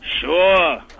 Sure